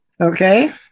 Okay